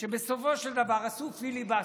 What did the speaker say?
שבסופו של דבר עשו פיליבסטר,